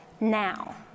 now